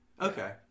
Okay